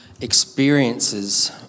experiences